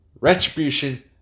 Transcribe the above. Retribution